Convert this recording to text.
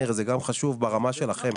מאיר, זה גם חשוב ברמה שלכם.